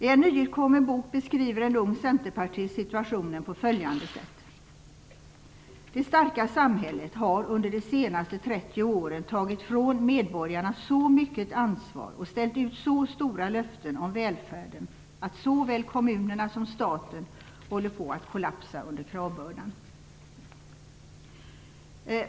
I en nyutkommen bok beskriver en ung centerpartist situationen på följande sätt: "Det starka samhället har under de senaste trettio åren tagit från medborgarna så mycket ansvar och ställt ut så stora löften om välfärden att såväl kommunerna som staten håller på att kollapsa under kravbördan."